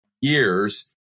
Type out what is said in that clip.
years